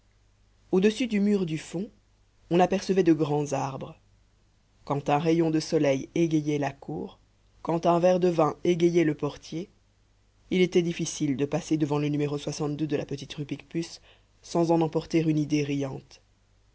au-dessus du mur du fond on apercevait de grands arbres quand un rayon de soleil égayait la cour quand un verre de vin égayait le portier il était difficile de passer devant le numéro de la petite rue picpus sans en emporter une idée riante